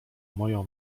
moją